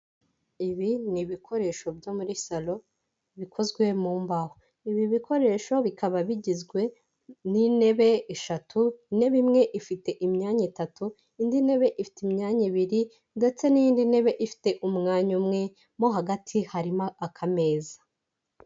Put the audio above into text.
Ibi ni ibikoresho byo muri saro, bikozwe mu mbaho, ibi bikoresho bikaba bigizwe n'intebe eshatu, intebe imwe ifite imyanya itatu, indi ntebe ifite imyanya ibiri ndetse n'indi ntebe ifite umwanya umwe, mo hagati harimo akameza.